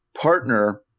partner